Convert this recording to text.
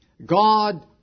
God